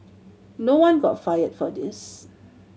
no one got fired for this